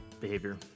behavior